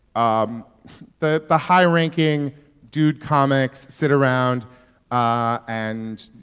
um the the high-ranking dude comics sit around ah and,